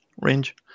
range